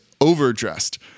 overdressed